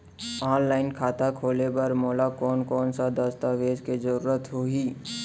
Online खाता खोले बर मोला कोन कोन स दस्तावेज के जरूरत होही?